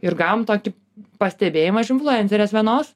ir gavom tokį pastebėjimą iš influencerės vienos